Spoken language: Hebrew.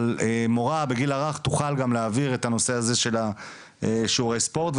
אבל מורה לגיל הרך תוכל גם להעביר את הנושא הזה של שיעורי הספורט.